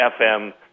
fm